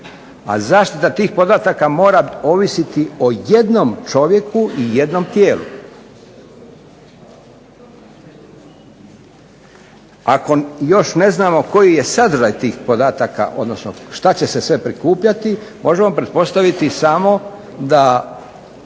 a zaštita tih podataka mora ovisiti o jednom čovjeku i jednom tijelu. Ako još ne znamo koji je sadržaj tih podataka, odnosno šta će se sve prikupljati, možemo pretpostaviti samo da